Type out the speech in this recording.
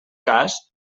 cas